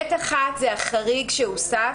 (ב) הוא החריג שהוסף,